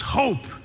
hope